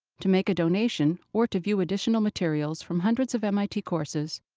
to make a donation or to view additional materials from hundreds of mit courses,